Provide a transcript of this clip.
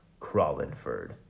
Crawlinford